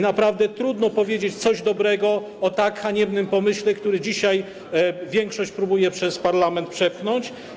Naprawdę trudno powiedzieć coś dobrego o tak haniebnym pomyśle, który dzisiaj większość próbuje przez parlament przepchnąć.